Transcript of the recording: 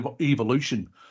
evolution